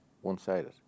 one-sided